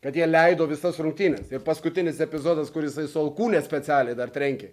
kad jie leido visas rungtynes ir paskutinis epizodas kur jisai su alkūne specialiai dar trenkė